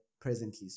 presently